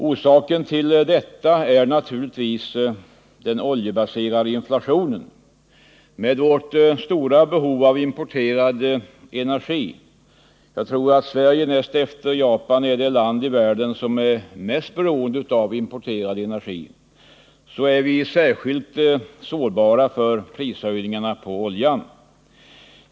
Orsaken till detta är naturligtvis den oljebaserade inflationen. Med vårt stora behov av importerad energi — jag tror att Sverige näst efter Japan är det land i världen som är mest beroende av importerad energi — är vi särskilt sårbara för prishöjningarna på oljan.